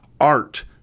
art